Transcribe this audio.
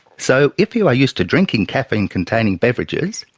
so if you are used to drinking caffeine containing beverages,